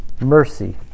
Mercy